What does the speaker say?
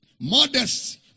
Modest